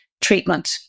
treatment